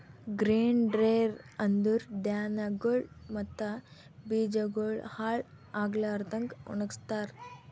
grain dryer ಅಂದುರ್ ಧಾನ್ಯಗೊಳ್ ಮತ್ತ ಬೀಜಗೊಳ್ ಹಾಳ್ ಆಗ್ಲಾರದಂಗ್ ಒಣಗಸ್ತಾರ್